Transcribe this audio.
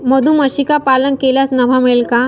मधुमक्षिका पालन केल्यास नफा मिळेल का?